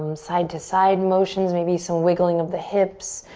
um side to side motions. maybe some wiggling of the hips,